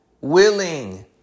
willing